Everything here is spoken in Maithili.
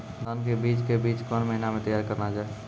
धान के बीज के बीच कौन महीना मैं तैयार करना जाए?